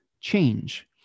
change